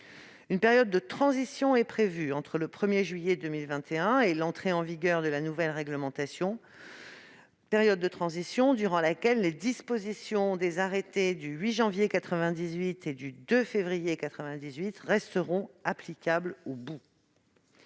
Une période de transition est prévue entre le 1 juillet 2021 et l'entrée en vigueur de la nouvelle réglementation. Durant cette période, les dispositions des arrêtés du 8 janvier 1998 et du 2 février 1998 resteront applicables aux boues.